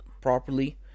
properly